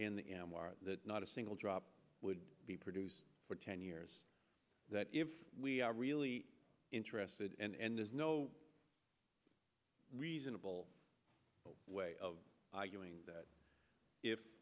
in the m r not a single drop would be produced for ten years that if we are really interested and there's no reasonable way of arguing that if